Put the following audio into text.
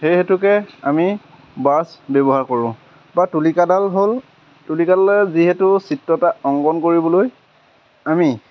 সেই হেতুকে আমি ব্ৰাছ ব্যৱহাৰ কৰোঁ বা তুলিকাডাল হ'ল তুলিকাডালে যিহেতু চিত্ৰতা অংকন কৰিবলৈ আমি